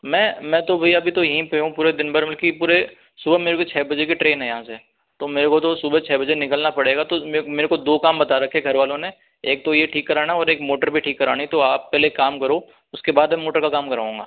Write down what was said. मैं मैं तो भैया अभी तो यहीं पर हूँ पूरे दिन भर की पूरे सुबह में मेरी छह बजे की ट्रैन है यहाँ से तो मुझे तो सुबह छह बजे निकलना पड़ेगा तो मुझे दो काम बता रखे घर वालो ने एक तो यह ठीक कराना एक मोटर भी ठीक करानी है तो आप पहले एक काम करो उसके बाद में मोटर का काम कराऊंगा